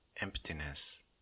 emptiness